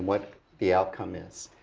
what the outcome is.